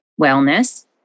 wellness